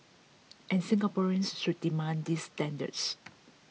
and Singaporeans should demand these standards